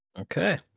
Okay